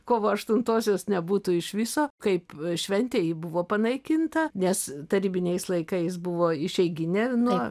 kovo aštuntosios nebūtų iš viso kaip šventė ji buvo panaikinta nes tarybiniais laikais buvo išeiginė nuo